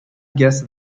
guess